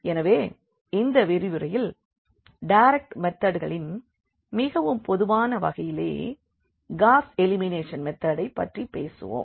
எனவே இந்த விரிவுரையில் டைரக்ட் மெதட்களில் மிகவும் பொதுவான வகையிலே காஸ் எலிமினேஷன் மெதட்டைப் பற்றிப் பேசுவோம்